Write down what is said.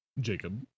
jacob